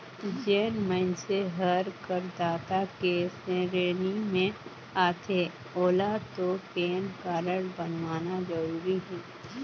जेन मइनसे हर करदाता के सेरेनी मे आथे ओेला तो पेन कारड बनवाना जरूरी हे